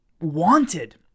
wanted